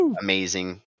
amazing